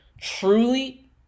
truly